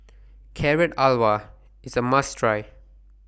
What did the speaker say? Carrot Halwa IS A must Try